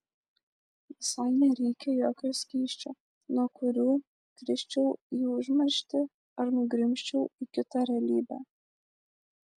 visai nereikia jokio skysčio nuo kurio krisčiau į užmarštį ar nugrimzčiau į kitą realybę